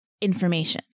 information